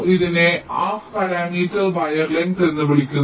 ഇതിനെ half parameter wire length എന്ന് വിളിക്കുന്നു